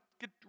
get